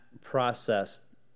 process